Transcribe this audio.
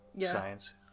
Science